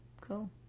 cool